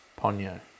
Ponyo